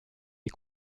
est